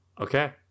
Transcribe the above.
okay